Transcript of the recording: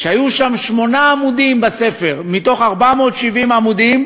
והיו שם בספר שמונה עמודים, מתוך 470 עמודים,